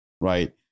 right